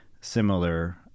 similar